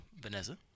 Vanessa